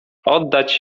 oddać